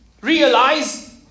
Realize